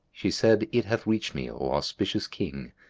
she said, it hath reached me, o auspicious king,